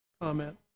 comment